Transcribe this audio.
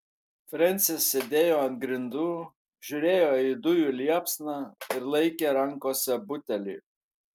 frensis sėdėjo ant grindų žiūrėjo į dujų liepsną ir laikė rankose butelį